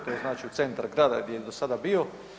To znači u centar grada gdje je do sada bio.